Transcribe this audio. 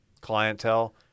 clientele